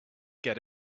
get